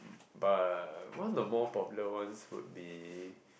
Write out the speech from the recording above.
but one the more popular ones would be